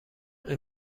این